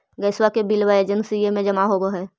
गैसवा के बिलवा एजेंसिया मे जमा होव है?